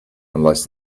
unless